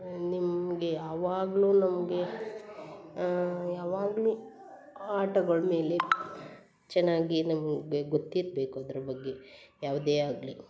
ನಿಮಗೆ ಯಾವಾಗಲೂ ನಮಗೆ ಯಾವಾಗಲೂ ಆಟಗಳ ಮೇಲೆ ಚೆನ್ನಾಗಿ ನಮಗೆ ಗೊತ್ತಿರಬೇಕು ಅದ್ರ ಬಗ್ಗೆ ಯಾವುದೇ ಆಗಲಿ